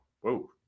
Whoa